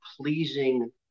pleasing